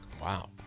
Wow